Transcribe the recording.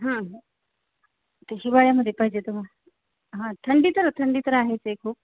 ह ते हिवाळ्यामध्ये पाहिजे तु हा थंडी तर थंडी तर आहेच खूप